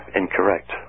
incorrect